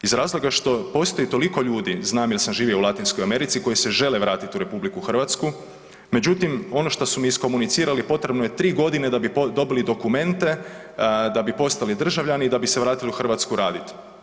Iz razloga što postoji toliko ljudi, znam jer sam živio u Latinskoj Americi koji se žele vratiti u RH, međutim, ono što su mi iskomunicirali, potrebno je 3 godine da bi dobili dokumente, da bi postali državljani i da bi se vratili u Hrvatsku raditi.